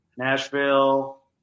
Nashville